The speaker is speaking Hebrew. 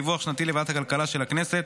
דיווח שנתי לוועדת הכלכלה של הכנסת),